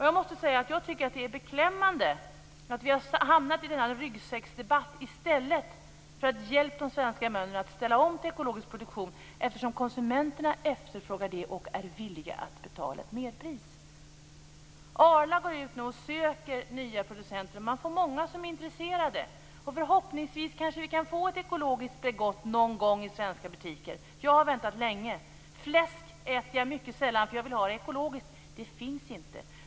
Jag måste säga att jag tycker att det är beklämmande att vi har hamnat i denna ryggsäcksdebatt i stället för att hjälpa de svenska bönderna att ställa om till ekologisk produktion, eftersom konsumenterna efterfrågar det och är villiga att betala ett merpris. Arla går nu ut och söker nya producenter. Många är intresserade. Förhoppningsvis kan vi få ett ekologiskt Bregott någon gång i svenska butiker. Jag har väntat länge. Fläsk äter jag mycket sällan, för jag vill ha det ekologiskt. Det finns inte.